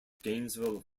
gainesville